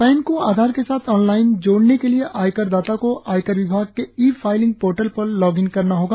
pan को आधार के साथ ऑनलाइन जोड़ने के लिए आयकर दाता को आयकर विभाग के ई फाइलिंग पोर्टल पर लॉग इन करना होगा